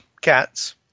cats